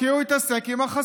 כי הוא התעסק עם החסינות,